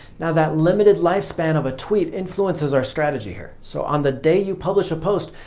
yeah that limited lifespan of a tweet influences our strategy here. so on the day you publish a post,